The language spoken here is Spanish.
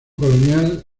colonial